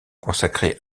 consacrée